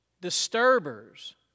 disturbers